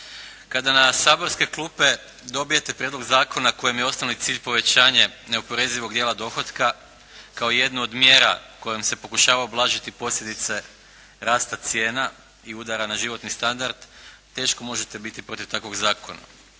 Kada na saborske klupe dobijete prijedlog zakona kojemu je osnovni cilj povećanje neoporezivog dijela dohotka kao jednu od mjera kojom se pokušava ublažiti posljedice rasta cijena i udara na životni standard teško možete biti protiv takvoga zakona.